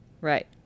Right